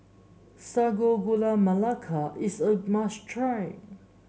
Sago Gula Melaka is a must try